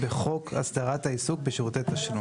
בחוק הסדרת העיסוק בשירותי תשלום".